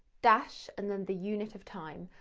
dash, and then the unit of time,